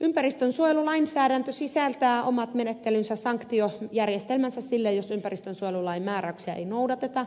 ympäristönsuojelulainsäädäntö sisältää omat menettelynsä sanktiojärjestelmänsä sille jos ympäristönsuojelulain määräyksiä ei noudateta